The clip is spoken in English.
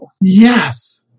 Yes